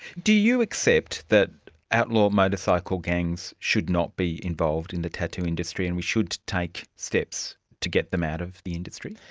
do you accept that outlaw motorcycle gangs should not be involved in the tattoo industry and we should take steps to get them out of the industry?